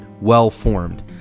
well-formed